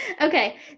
Okay